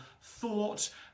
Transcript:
thought